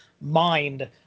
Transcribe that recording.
mind